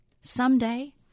someday